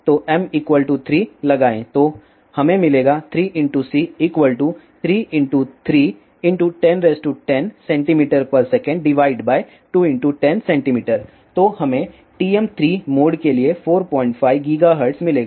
तो m 3 लगाएं तो हमें मिलेगा 3×c3×3×1010cmsec2×10 cm तो हमें TM3 मोड के लिए 45 GHz मिलेगा